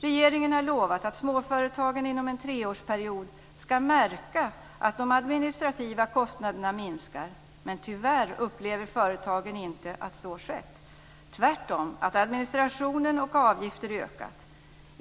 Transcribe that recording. Regeringen har lovat att småföretagen inom en treårsperiod ska märka att de administrativa kostnaderna minskar, men tyvärr upplever inte företagen att så skett, utan tvärtom att administration och avgifter ökat.